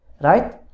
Right